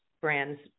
brands